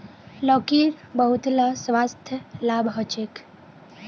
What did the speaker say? लौकीर बहुतला स्वास्थ्य लाभ ह छेक